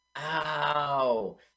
Ow